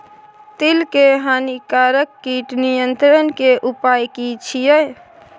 तिल के हानिकारक कीट नियंत्रण के उपाय की छिये?